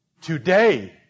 Today